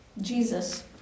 Jesus